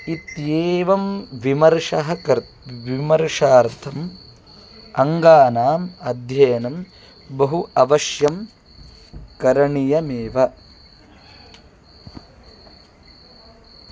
इत्येवं विमर्शः कर् विमर्शार्थम् अङ्गानाम् अध्ययनं बहु अवश्यं करणीयमेव